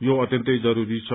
यो अत्यन्तै जरूरी छ